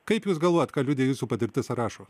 kaip jūs galvojat ką liudija jūsų patirtis ar rašo